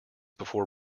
before